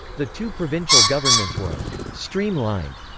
the two provincial governments were streamlined,